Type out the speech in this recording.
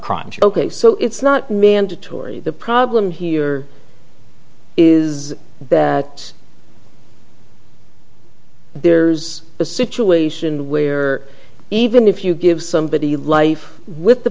crimes ok so it's not mandatory the problem here is that it's there's a situation where even if you give somebody life with the